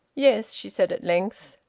yes, she said at length.